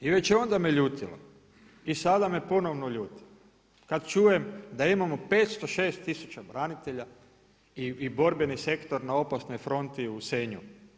I već je onda me ljutilo i sada me ponovno ljuti kada čujem da imamo 506 tisuća branitelja i borbeni sektora na opasnoj fronti u Senju.